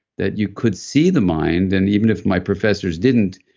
that you could see the mind, and even if my professors didn't,